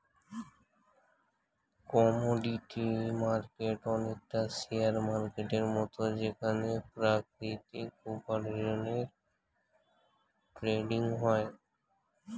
commodity market অনেকটা share মার্কেটের মত যেখানে প্রাকৃতিক উপার্জনের ট্রেডিং হয়